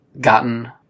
gotten